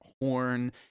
horn